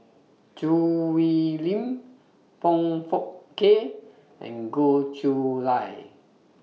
Choo Hwee Lim Foong Fook Kay and Goh Chiew Lye